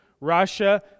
Russia